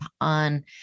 on